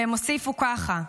והם הוסיפו ככה: